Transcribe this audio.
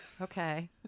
Okay